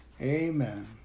Amen